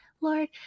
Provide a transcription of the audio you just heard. Lord